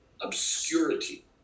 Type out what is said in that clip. Obscurity